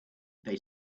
they